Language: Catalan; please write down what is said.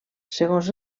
segons